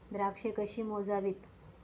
द्राक्षे कशी मोजावीत?